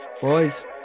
boys